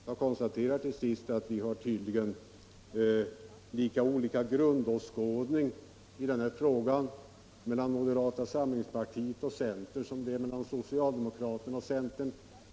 Jag konstaterar till sist att grundåskådningarna i denna fråga skiftar lika mycket mellan moderata samlingspartiet och centern som mellan socialdemokraterna och centern.